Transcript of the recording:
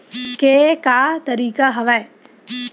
के का तरीका हवय?